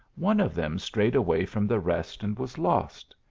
one of them strayed away from the rest, and was lost.